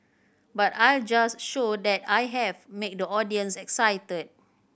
but I'll just show that I have make the audience excited